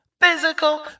Physical